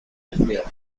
resfriado